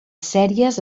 sèries